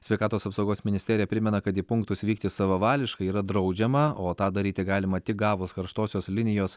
sveikatos apsaugos ministerija primena kad į punktus vykti savavališkai yra draudžiama o tą daryti galima tik gavus karštosios linijos